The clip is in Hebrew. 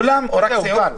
כולם או רק סיעוד?